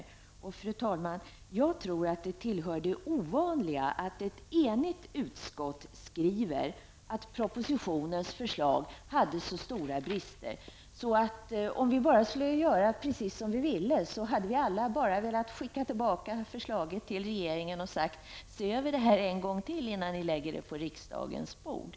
Jag tror, fru talman, att det tillhör det ovanliga att ett enigt utskott skriver att propositionens förslag hade så stora brister att man -- om man fick göra vad man ville -- hade skickat tillbaka förslaget till regeringen och sagt: Se över förslaget en gång till innan ni lägger det på riksdagens bord!